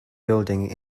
building